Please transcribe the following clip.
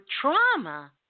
trauma